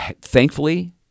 thankfully